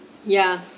ya